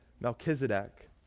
Melchizedek